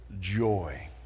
joy